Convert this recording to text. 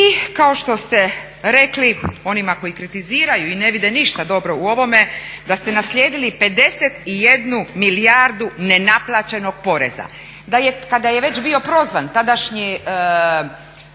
I kao što ste rekli onima koji kritiziraju i ne vide ništa dobro u ovome da ste naslijedili 51 milijardu nenaplaćenog poreza. Kada je već bio prozvan tadašnji